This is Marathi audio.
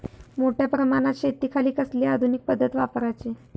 मोठ्या प्रमानात शेतिखाती कसली आधूनिक पद्धत वापराची?